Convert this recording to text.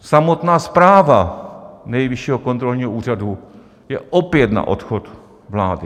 Samotná zpráva Nejvyššího kontrolního úřadu je opět na odchod vlády.